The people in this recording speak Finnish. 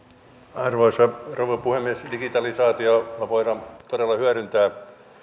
arvoisa rouva puhemies digitalisaatiota voidaan todella hyödyntää